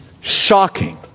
shocking